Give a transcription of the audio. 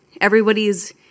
everybody's